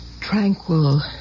tranquil